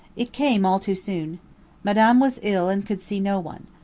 it came all too soon madame was ill and could see no one.